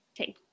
Okay